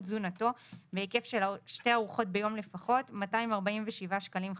תזונתנו בהיקף של שתי ארוחות ביום לפחות - 247 שקלים חדשים,